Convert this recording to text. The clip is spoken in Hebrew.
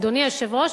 אדוני היושב-ראש,